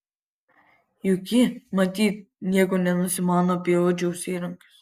juk ji matyt nieko nenusimano apie odžiaus įrankius